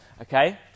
okay